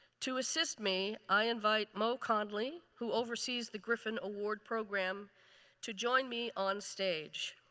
to assist me, i invite mo condley who oversees the griffin award program to join me onstage.